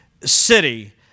city